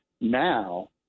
now